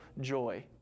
joy